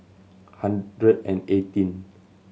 hundred and eighteen